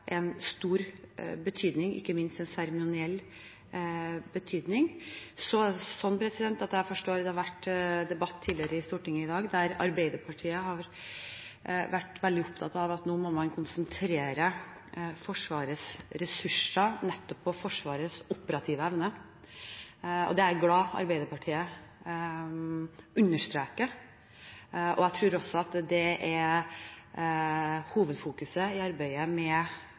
en stor betydning, ikke minst en seremoniell betydning. Jeg forstår at det tidligere i dag har vært en debatt i Stortinget der Arbeiderpartiet har vært veldig opptatt av at man nå må konsentrere Forsvarets ressurser om nettopp Forsvarets operative evne. Det er jeg glad for at Arbeiderpartiet understreker. Jeg tror også at det er hovedfokuset i arbeidet med